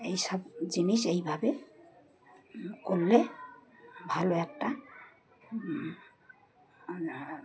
এই সব জিনিস এইভাবে করলে ভালো একটা